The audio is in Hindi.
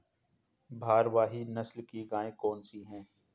भारवाही नस्ल की गायें कौन सी हैं?